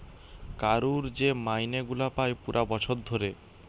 কারুর যে মাইনে গুলা পায় পুরা বছর ধরে